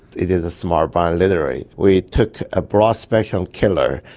it is a smart bomb literally. we took a broad spectrum killer,